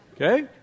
Okay